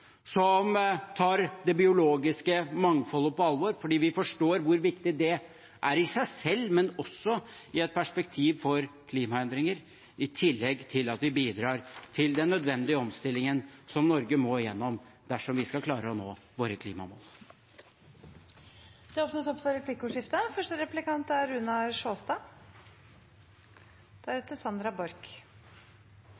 som tar det biologiske mangfoldet på alvor – fordi vi forstår hvor viktig det er i seg selv, men også i et perspektiv for klimaendringer, i tillegg til at vi bidrar til den nødvendige omstillingen som Norge må gjennom dersom vi skal klare å nå våre klimamål. Det blir replikkordskifte.